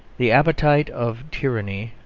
the appetite of tyranny,